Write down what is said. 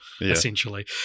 essentially